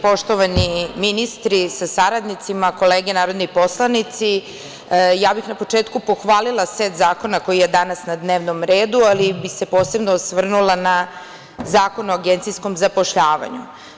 Poštovani ministri sa saradnicima, kolege narodni poslanici, ja bih na početku pohvalila set zakona koji je danas na dnevnom redu, ali bih se posebno osvrnula na Zakon o agencijskom zapošljavanju.